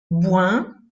bouin